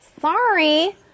sorry